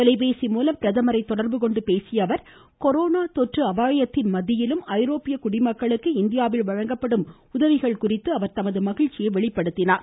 தொலைபேசி மூலம் பிரதமரை தொடர்பு கொண்டு பேசிய அவர் கொரோனா தொற்று அபாயத்தின் போதும் ஐரோப்பிய குடிமக்களுக்கு இந்தியாவில் வழங்கப்படும் உதவிகள் குறித்து அவர் தமது மகிழ்ச்சியை வெளிப்படுத்தியுள்ளார்